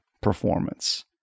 performance